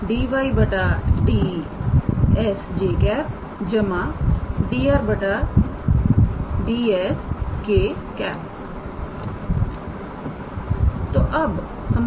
तो अब हमारा ∇⃗ 𝑓 𝑎̂ यह क्या है